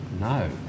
No